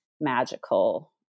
magical